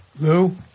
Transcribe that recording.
Lou